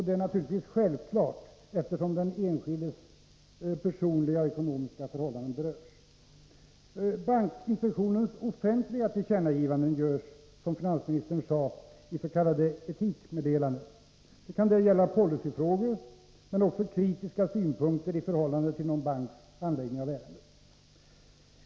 Det är självklart, eftersom den enskildes personliga och ekonomiska förhållanden berörs. Bankinspektionens offentliga tillkännagivanden görs, som finansministern sade, i s.k. etikmeddelanden. Det kan där gälla policyfrågor men också kritiska synpunkter i förhållande till någon banks handläggning av ärenden.